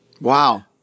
Wow